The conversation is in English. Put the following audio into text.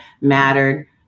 mattered